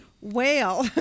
Whale